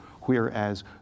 whereas